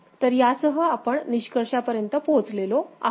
तर यासह आपण निष्कर्षापर्यंत पोहोचलेलो आहोत